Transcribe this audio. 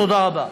תודה רבה.